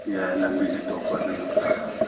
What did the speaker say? ꯌꯥꯏꯌꯦ ꯂꯝꯕꯤꯁꯨ ꯊꯣꯛꯄ ꯑꯗꯨꯅ ꯐꯔꯦ